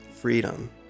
freedom